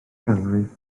ganrif